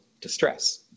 distress